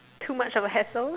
too much of a hassle